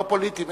לא פוליטיים,